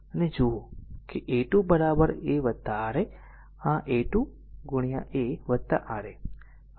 તેથી જો આ જુઓ કે a 2 lrm a R a આ a 2 a R a